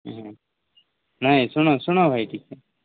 ହଁ ନାଇଁ ଶୁଣ ଶୁଣ ଭାଇ ଟିକେ